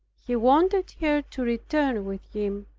he wanted her to return with him,